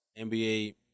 NBA